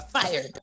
Fired